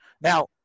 Now